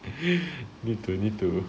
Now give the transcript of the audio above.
need to need to